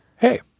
Hey